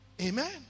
Amen